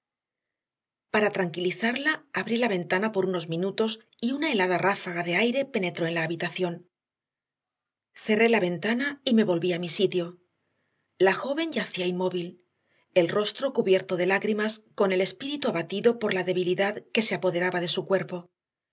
para tranquilizarla abrí la ventana por unos minutos y una helada ráfaga de aire penetró en la habitación cerré la ventana y me volví a mi sitio la joven yacía inmóvil el rostro cubierto de lágrimas con el espíritu abatido por la debilidad que se apoderaba de su cuerpo